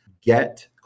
Get